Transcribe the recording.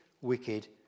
wicked